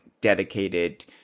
dedicated